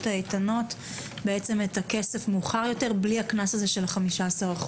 האיתנות את הכסף מאוחר יותר בלי קנס של 15%?